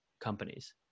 companies